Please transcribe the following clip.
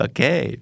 Okay